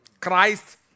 Christ